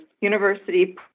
university